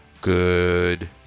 Good